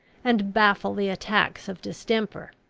and baffle the attacks of distemper,